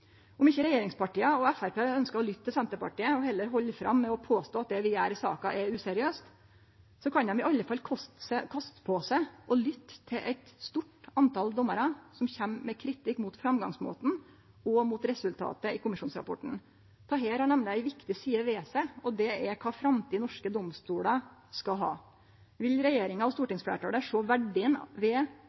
Om ikkje regjeringspartia og Framstegspartiet ønskjer å lytte til Senterpartiet og heller halde fram med å påstå at det vi gjer i saka, er useriøst, kan dei i alle fall koste på seg å lytte til alle dei dommarane som kjem med kritikk av framgangsmåten og av resultatet i kommisjonsrapporten. Dette har nemleg ei viktig side ved seg, og det er kva framtid norske domstolar skal ha. Vil regjeringa og stortingsfleirtalet sjå verdien